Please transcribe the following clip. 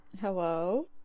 hello